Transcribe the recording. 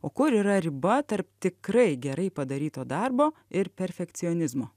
o kur yra riba tarp tikrai gerai padaryto darbo ir perfekcionizmo